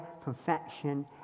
perfection